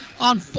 on